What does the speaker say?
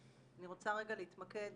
אני רוצה רגע להתמקד